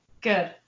Good